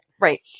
Right